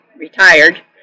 Retired